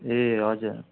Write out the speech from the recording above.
ए हजुर